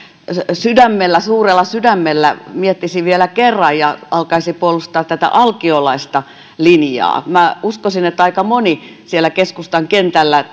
suurella sydämellä miettisi vielä kerran ja alkaisi puolustaa tätä alkiolaista linjaa minä uskoisin että aika moni siellä keskustan kentällä